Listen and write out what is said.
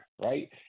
right